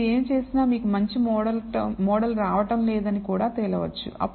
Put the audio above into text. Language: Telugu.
మీరు ఏమి చేసినా మీకు మంచి మోడల్ రావడం లేదని కూడా తేలవచ్చు